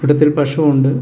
ഇടത്തൊരു പശുവുണ്ട്